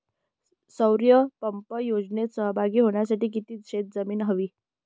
सौर पंप योजनेत सहभागी होण्यासाठी किती शेत जमीन हवी?